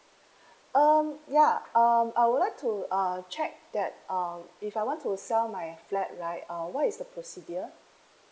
um ya um I would like to uh check that um if I want to sell my flat right uh what is the procedure